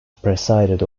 presided